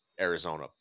arizona